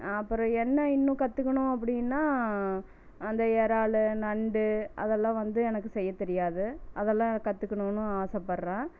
அப்புறம் என்ன இன்னும் கற்றுக்குணும் அப்படின்னா அந்த இறாலு நண்டு அதெலாம் வந்து எனக்கு செய்ய தெரியாது அதெலாம் கற்றுக்குணுன்னு ஆசைப்பட்றேன்